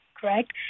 correct